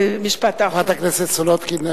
חברת הכנסת סולודקין,